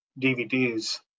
DVDs